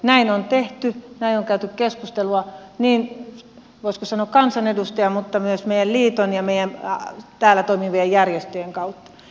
näin on tehty näin on käyty keskustelua voisiko sanoa niin kansanedustajan mutta myös meidän liiton ja meidän täällä toimivien järjestöjen kautta